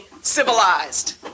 civilized